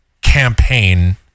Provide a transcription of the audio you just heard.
campaign